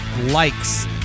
likes